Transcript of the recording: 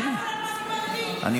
אבל אתה יודע